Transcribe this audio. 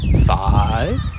five